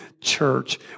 church